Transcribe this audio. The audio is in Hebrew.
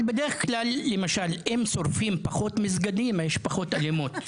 אם שורפים פחות מסגדים יש פחות אלימות.